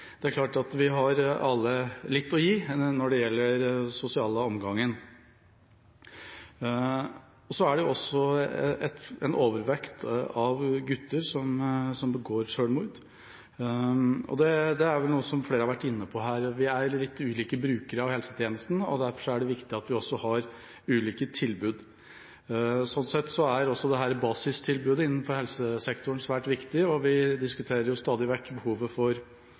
det er klart at vi alle har litt å gi når det gjelder den sosiale omgangen. Så er det også en overvekt av gutter som begår selvmord. Flere har vært inne på her at vi er litt ulike brukere av helsetjenesten, og derfor er det viktig at vi også har ulike tilbud. Sånn sett er også dette basistilbudet innenfor helsesektoren svært viktig, og vi diskuterer jo stadig vekk behovet for